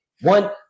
One